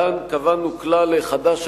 כאן קבענו כלל חדש,